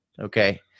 Okay